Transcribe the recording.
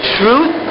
truth